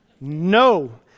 No